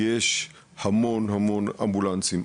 יש המון המון אמבולנסים,